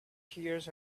hears